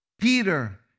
Peter